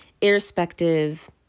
irrespective